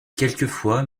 quelquefois